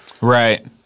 Right